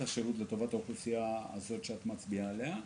השירות לטובת האוכלוסייה הזאת שאת מצביעה עליה.